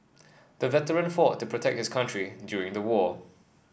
the veteran fought to protect his country during the war